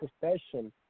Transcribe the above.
profession